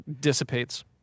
dissipates